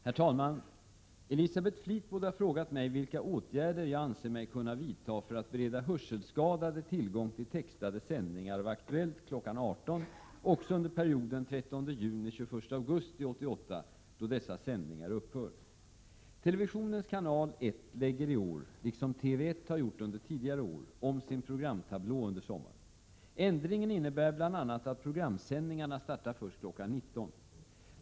Herr talman! Elisabeth Fleetwood har frågat mig vilka åtgärder jag anser mig kunna vidta för att bereda hörselskadade tillgång till textade sändningar av Aktuellt kl. 18.00 även under perioden den 13 juni-den 21 augusti 1988, då dessa sändningar upphör. Televisionens Kanal 1 lägger i år — liksom TV 1 har gjort under tidigare år — om sin programtablå under sommaren. Ändringen innebär bl.a. att programsändningarna startar först kl. 19.00.